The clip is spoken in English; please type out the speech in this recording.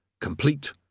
complete